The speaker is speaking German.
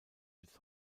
bis